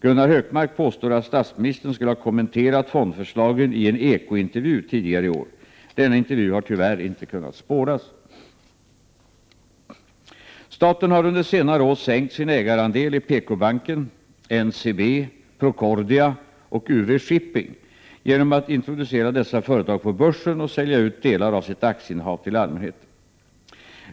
Gunnar Hökmark påstår att statsministern skulle ha kommenterat fondförslagen i en Eko-intervju tidigare i år. Denna intervju har tyvärr inte kunnat spåras. Staten har under senare år sänkt sin ägarandel i PKbanken, NCB AB, Procordia AB och UV-Shipping AB genom att introducera dessa företag på börsen och sälja ut delar av sitt aktieinnehav till allmänheten.